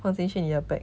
放进去你的 bag